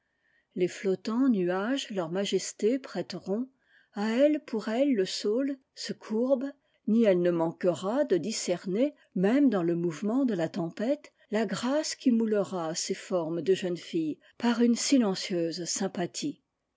les flottants nuages leur majesté prêteront a elle pour elle le saule se courbe ni elle ne manquera de discerner même dans le mouvement de a tempête la grâce qui moulera ses formes de jeune fille par une silencieuse sympathie